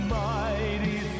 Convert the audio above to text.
mighty